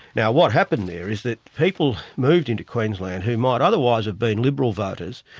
now what happened there is that people moved into queensland who might otherwise have been liberal voters,